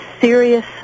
serious